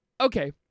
okay